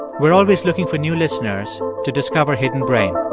we're always looking for new listeners to discover hidden brain.